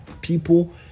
people